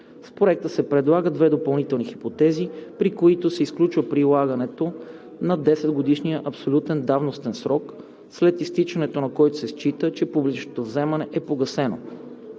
С Проекта се предлагат две допълнителни хипотези, при които се изключва прилагането на 10-годишния абсолютен давностен срок, след изтичането на който се счита, че публичното вземане е погасено: